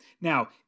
Now